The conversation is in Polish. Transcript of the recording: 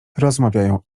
rozmawiają